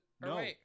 No